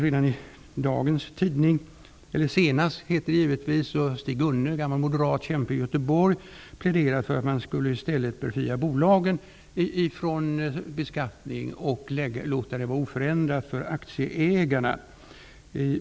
Senast i dagens tidning har Göteborg, pläderat för att man i stället skall befria bolagen från beskattning och låta det vara oförändrat för aktieägarna.